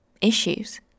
issues